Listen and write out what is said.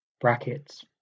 brackets